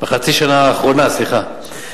בחצי השנה האחרונה, סליחה.